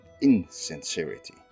insincerity